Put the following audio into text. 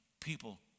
people